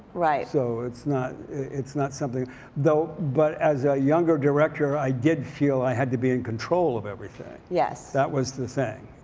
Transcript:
right. so it's not it's not something though but as a younger director i did feel i had to be in control of everything. yes. that was the thing.